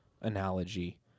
analogy